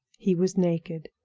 he was naked.